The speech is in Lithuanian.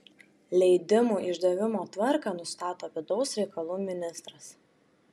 leidimų išdavimo tvarką nustato vidaus reikalų ministras